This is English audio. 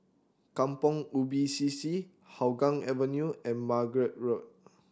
Kampong Ubi C C Hougang Avenue and Margate Road